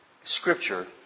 scripture